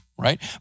Right